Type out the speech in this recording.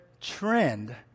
trend